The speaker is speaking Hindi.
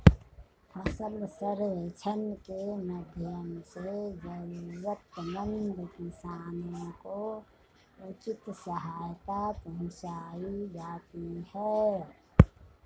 फसल सर्वेक्षण के माध्यम से जरूरतमंद किसानों को उचित सहायता पहुंचायी जाती है